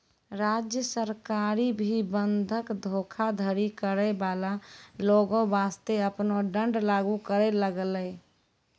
राज्य सरकार भी बंधक धोखाधड़ी करै बाला लोगो बासतें आपनो दंड लागू करै लागलै